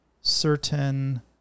certain